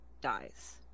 dies